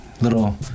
little